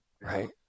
right